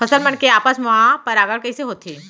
फसल मन के आपस मा परागण कइसे होथे?